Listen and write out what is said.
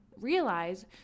realize